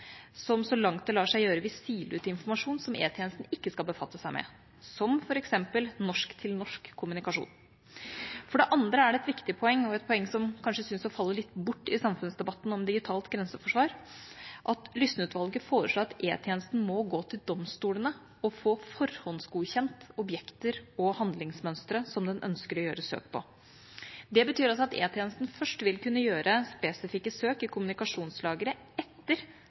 som så langt det lar seg gjøre vil sile ut informasjon som E-tjenesten ikke skal befatte seg med, som f.eks. norsk-til-norsk-kommunikasjon. For det andre er det et viktig poeng, et poeng som kanskje syns å falle litt bort i samfunnsdebatten om digitalt grenseforsvar, at Lysne-utvalget foreslår at E-tjenesten må gå til domstolene og få forhåndsgodkjent objekter og handlingsmønstre som den ønsker å gjøre søk på. Det betyr altså at E-tjenesten først vil kunne gjøre spesifikke søk i kommunikasjonslagre etter